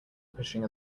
pushing